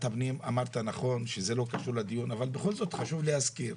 אמרת נכון שזה לא קשור לדיון אבל בכל זאת חשוב להזכיר: